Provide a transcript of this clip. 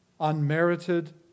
unmerited